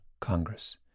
Congress